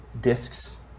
discs